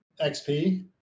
XP